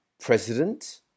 president